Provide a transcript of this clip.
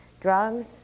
drugs